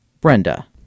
Brenda